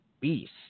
Beast